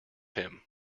him